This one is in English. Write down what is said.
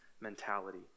mentality